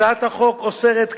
הצעת החוק אוסרת,